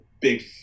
big